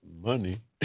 money